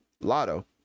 lotto